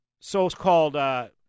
so-called